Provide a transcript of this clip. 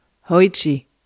Hoichi